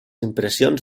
impressions